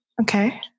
Okay